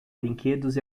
brinquedos